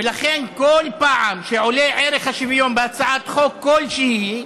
ולכן, כל פעם שעולה ערך השוויון בהצעת חוק כלשהי,